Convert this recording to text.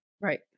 Right